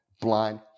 blind